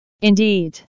indeed